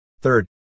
Third